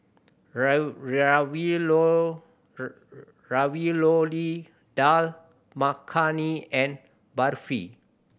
Ravioli Dal Makhani and Barfi